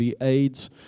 AIDS